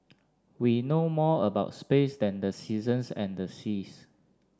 we know more about space than the seasons and the seas